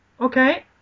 Okay